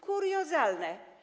Kuriozalne.